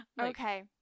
Okay